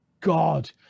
God